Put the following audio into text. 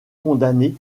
condamné